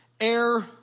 air